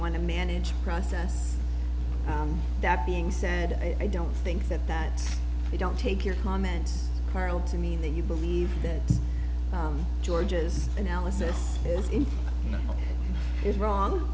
want to manage process that being said i don't think that that we don't take your comments carol to mean that you believe that george's analysis is in is wrong